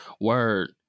word